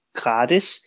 gratis